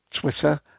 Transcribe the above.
twitter